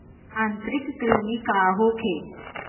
आंतरिक कृमि का होखे?